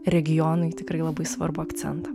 regionui tikrai labai svarbų akcentą